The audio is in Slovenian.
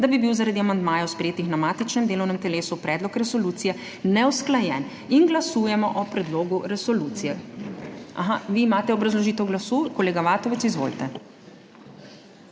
da bi bil zaradi amandmajev, sprejetih na matičnem delovnem telesu, predlog resolucije neusklajen in glasujemo o predlogu resolucije. Aha, vi imate obrazložitev glasu? (Da.) Kolega Vatovec, izvolite.